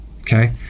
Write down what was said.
Okay